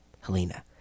Helena